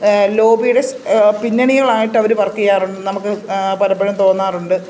ലോബിയുടെ പിന്നണികളായിട്ട് അവർ വർക്ക് ചെയ്യാറുണ്ട് നമുക്ക് പലപ്പോഴും തോന്നാറുണ്ട്